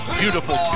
beautiful